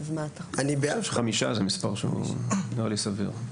אני חושב שחמישה זה מספר שנראה לי סביר.